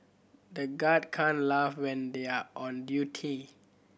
the guard can't laugh when they are on duty